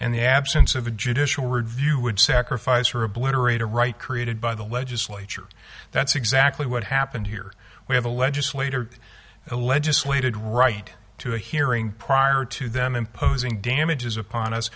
and the absence of a judicial review would sacrifice for obliterate a right created by the legislature that's exactly what happened here we have a legislator a legislated right to a hearing prior to them imposing damages upon us